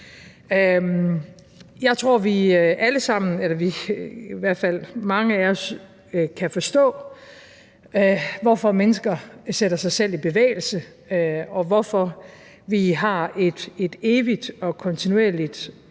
Jeg tror, vi alle sammen, i hvert fald mange af os, kan forstå, hvorfor mennesker sætter sig selv i bevægelse, og hvorfor vi har et evigt og kontinuerligt